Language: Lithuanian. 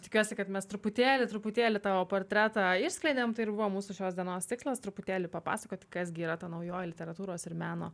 tikiuosi kad mes truputėlį truputėlį tavo portretą išskleidėm tai ir buvo mūsų šios dienos tikslas truputėlį papasakoti kas gi yra ta naujoji literatūros ir meno